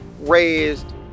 raised